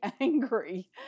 angry